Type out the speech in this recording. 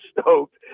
stoked